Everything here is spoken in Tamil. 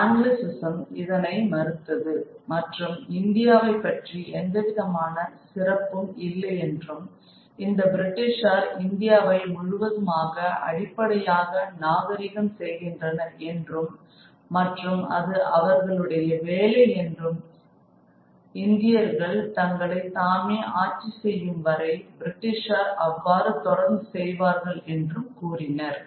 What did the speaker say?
ஆனால் ஆங்கிலசிசம் இதனை மறுத்தது மற்றும் இந்தியாவைப் பற்றி எந்தவிதமான சிறப்பும் இல்லையென்றும் இந்த பிரிட்டிஷார் இந்தியாவை முழுவதுமாக அடிப்படையாக நாகரிகம் செய்கின்றனர் என்றும் மற்றும் அது அவர்களுடைய வேலை என்றும் இந்தியர்கள் தங்களை தாமே ஆட்சி செய்யும் காலம் வரும் வரை பிரிட்டிஷார் அவ்வாறு தொடர்ந்து செய்வார்கள் என்றும் கூறினர்